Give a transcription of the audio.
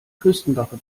küstenwache